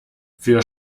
für